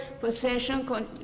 possession